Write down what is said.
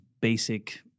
basic